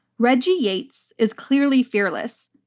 reggie yates is clearly fearless.